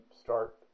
start